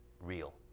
real